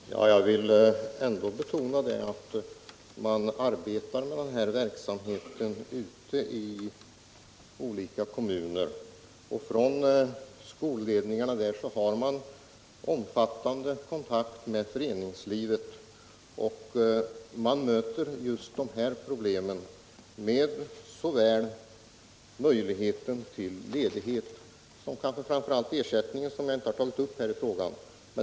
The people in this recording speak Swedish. Herr talman! Jag vill ändå betona att man i olika kommuner arbetar med dessa frågor och att skolledningarna där har omfattande kontakter med föreningslivet. Och då möter man just problemen med möjligheten till ledighet och — kanske framför allt — frågan om ersättningen, som jag inte har tagit upp i min fråga.